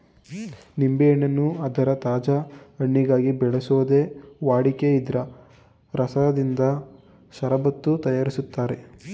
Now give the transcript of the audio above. ನಿಂಬೆಯನ್ನು ಅದರ ತಾಜಾ ಹಣ್ಣಿಗಾಗಿ ಬೆಳೆಸೋದೇ ವಾಡಿಕೆ ಇದ್ರ ರಸದಿಂದ ಷರಬತ್ತು ತಯಾರಿಸ್ತಾರೆ